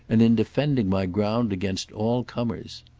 and in defending my ground against all comers.